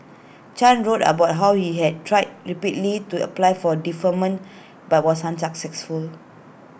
chan wrote about how he had tried repeatedly to apply for deferment but was unsuccessful